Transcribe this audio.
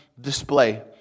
display